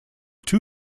two